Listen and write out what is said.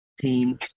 team